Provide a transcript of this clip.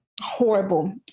Horrible